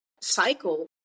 cycle